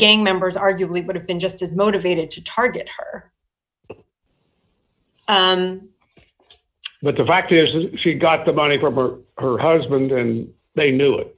gang members arguably would have been just as motivated to target her but the fact is that she got the money for her husband and they knew it